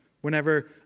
whenever